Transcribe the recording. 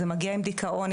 זה מגיע עם דיכאון,